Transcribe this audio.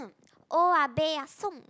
oya-beh-ya-som